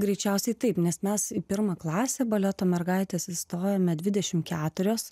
greičiausiai taip nes mes į pirmą klasę baleto mergaitės įstojome dvidešimt keturios